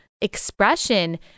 expression